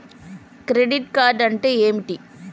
Credit card అంటే ఏమిటి?